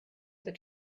that